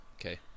Okay